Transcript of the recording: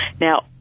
Now